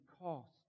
cost